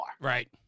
Right